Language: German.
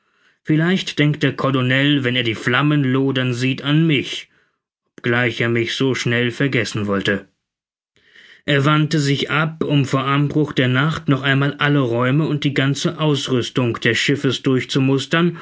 vielleicht denkt der colonel wenn er die flammen lodern sieht an mich obgleich er mich so schnell vergessen wollte er wandte sich ab um vor anbruch der nacht noch einmal alle räume und die ganze ausrüstung des schiffes